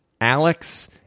Alex